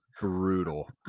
brutal